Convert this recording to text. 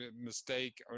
mistake